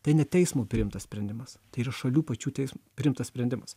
tai ne teismo priimtas sprendimas tai yra šalių pačių teism priimtas sprendimas